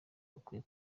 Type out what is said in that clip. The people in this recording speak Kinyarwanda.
akwiye